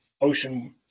ocean